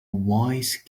wise